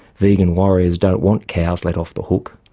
vegan warriors don't want cows let off the hook.